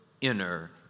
inner